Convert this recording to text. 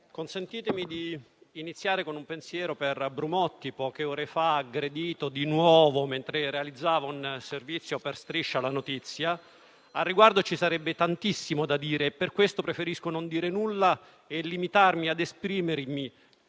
consentitemi di iniziare con un pensiero per Brumotti, aggredito di nuovo poche ore fa mentre realizzava un servizio per «Striscia la notizia»; al riguardo ci sarebbe tantissimo da dire e per questo preferisco non dire nulla. Mi limito ad esprimergli